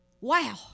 Wow